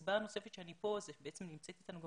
הסיבה הנוספת שאני פה בעצם היא נמצאת איתנו גם